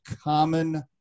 common